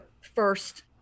first